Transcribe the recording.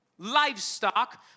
livestock